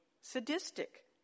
sadistic